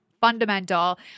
fundamental